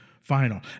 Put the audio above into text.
final